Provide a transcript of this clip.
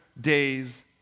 days